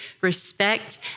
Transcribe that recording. respect